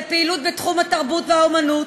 לפעילות בתחום התרבות והאמנות,